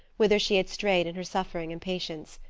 whither she had strayed in her suffering impatience.